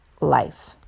life